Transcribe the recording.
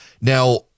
Now